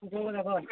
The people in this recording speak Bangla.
যাবার